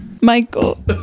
Michael